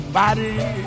body